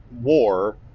war